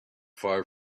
far